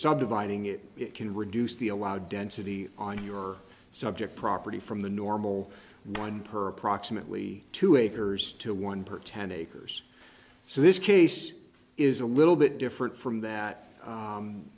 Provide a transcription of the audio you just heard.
subdividing it it can reduce the allowed density on your subject property from the normal one per approximately two acres to one per ten acres so this case is a little bit different from that